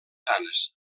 sanes